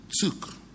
took